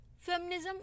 feminism